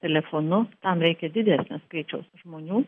telefonu tam reikia didesnio skaičiaus žmonių